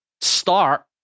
start